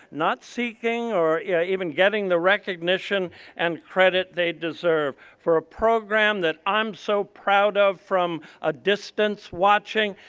not seeking or even getting the recognition and credit they deserve for a program that i'm so proud of from a distance watching.